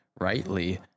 rightly